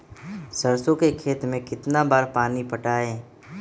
सरसों के खेत मे कितना बार पानी पटाये?